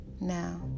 Now